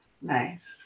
nice